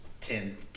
ten